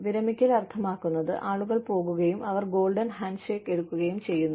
വിരമിക്കൽ അർത്ഥമാക്കുന്നത് ആളുകൾ പോകുകയും അവർ ഗോൾഡൻ ഹാൻഡ് ഷേക്ക് എടുക്കുകയും ചെയ്യുന്നു